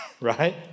right